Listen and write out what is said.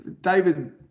David